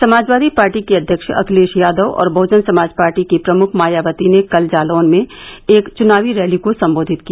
Samajwadi party के अध्यक्ष अखिलेश यादव और बहुजन समाज पार्टी की प्रमुख मायावती ने कल जालौन में एक चुनावी रैली को संबोधित किया